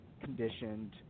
conditioned